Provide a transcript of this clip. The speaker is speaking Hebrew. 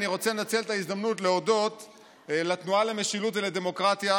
אני רוצה לנצל את ההזדמנות להודות לתנועה למשילות ולדמוקרטיה